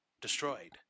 destroyed